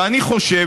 ואני חושב,